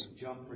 Jump